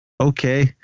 okay